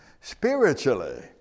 Spiritually